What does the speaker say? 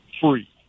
free